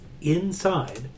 Inside